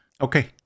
okay